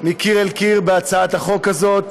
מקיר לקיר בהצעת החוק הזאת.